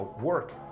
work